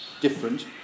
different